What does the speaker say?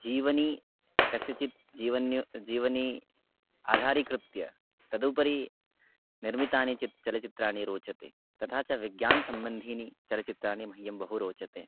जीवनं कस्यचित् जीवनं जीवनम् आधारीकृत्य तदुपरि निर्मितानि चित्राणि चलच्चित्राणि रोचते तथा च विज्ञानसम्बन्धीनि चलच्चित्राणि मह्यं बहु रोचन्ते